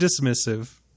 dismissive